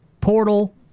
Portal